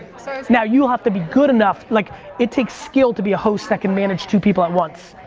so now you have to be good enough, like it takes skill to be a host that can manage two people at once.